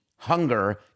hunger